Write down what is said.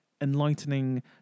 enlightening